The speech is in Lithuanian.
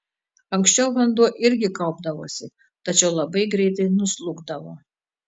anksčiau vanduo irgi kaupdavosi tačiau labai greitai nuslūgdavo